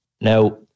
Now